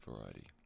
variety